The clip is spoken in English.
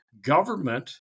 government